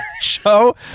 show